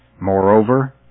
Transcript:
Moreover